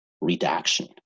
redaction